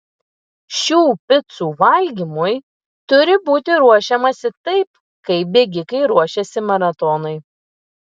šių picų valgymui turi būti ruošiamasi taip kaip bėgikai ruošiasi maratonui